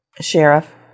Sheriff